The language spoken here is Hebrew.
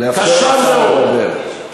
קשה מאוד.